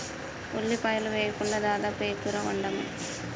ఉల్లిపాయలు వేయకుండా దాదాపు ఏ కూర వండము